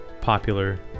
popular